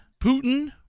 putin